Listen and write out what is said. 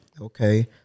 Okay